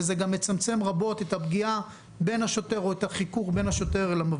וזה גם מצמצם רבות את הפגיעה או את החיכוך בין השוטר למפגין.